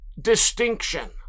distinction